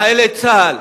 לחיילי צה"ל,